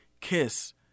Kiss